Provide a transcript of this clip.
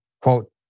quote